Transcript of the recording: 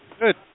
Good